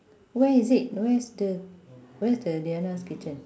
where is it where is the where is the deanna's kitchen